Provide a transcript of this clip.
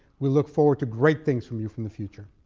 we look forward to great things from you from the future.